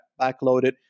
backloaded